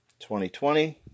2020